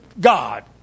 God